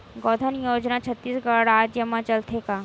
गौधन योजना छत्तीसगढ़ राज्य मा चलथे का?